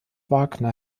wagner